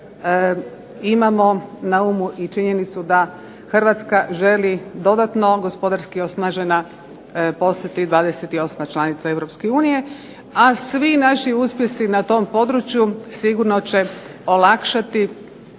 imamo na umu i činjenicu da Hrvatska želi dodatno gospodarski osnažena postati 28. članica Europske unije, a svi naši uspjesi na tom području sigurno će olakšati